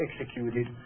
executed